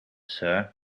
sir